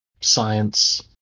science